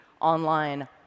online